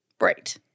Right